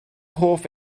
hoff